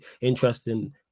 interesting